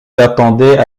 attendaient